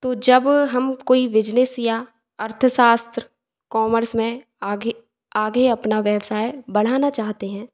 तो जब हम कोई बिज़नेस या अर्थसास्त्र कॉमर्स में आगे आगे अपना व्यवसाय बढ़ाना चाहते हैं